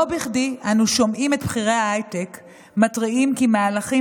לא בכדי אנו שומעים את בכירי ההייטק מתריעים כי מהלכים